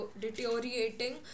deteriorating